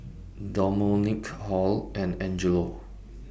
Domonique Hall and Angelo